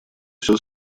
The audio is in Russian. всё